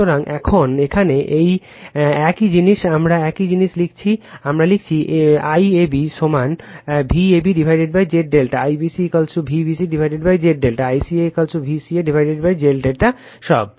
সুতরাং এখানে একই জিনিস আমরা একই জিনিস লিখছি আমরা লিখছি IAB সমান VabZ ∆ IBC VbcZ ∆ ICA VcaZ ∆ সব